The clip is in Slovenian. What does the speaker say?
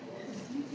Hvala